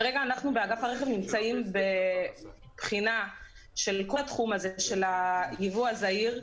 כרגע אנחנו נמצאים בבחינה של כל התחום של היבוא הזעיר.